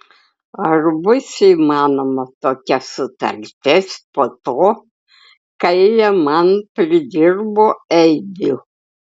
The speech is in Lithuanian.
ar bus įmanoma tokia sutartis po to kai jie man pridirbo eibių